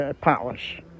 polish